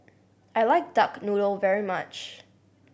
I like duck noodle very much